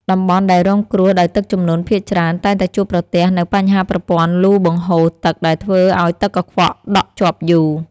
តំបន់ដែលរងគ្រោះដោយទឹកជំនន់ភាគច្រើនតែងតែជួបប្រទះនូវបញ្ហាប្រព័ន្ធលូបង្ហូរទឹកដែលធ្វើឱ្យទឹកកខ្វក់ដក់ជាប់យូរ។